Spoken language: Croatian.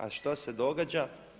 A što se događa?